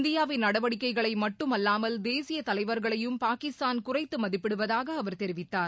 இந்தியாவின் நடவடிக்கைகளை மட்டும் அல்லாமல் தேசிய தலைவர்களையும் பாகிஸ்தான் குறைத்து மதிப்பிடுவதாக அவர் தெரிவித்தார்